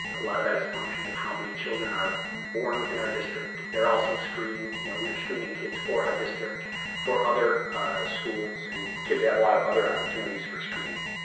a lot of that is a function of how many children are born within our district. they're also screened. you know we were screening kids for our district for other schools and kids have a lot of other opportunities for screening.